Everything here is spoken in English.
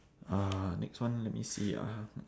uh next one let me see ah